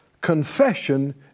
confession